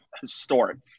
historic